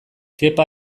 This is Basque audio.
kepa